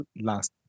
last